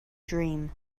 dream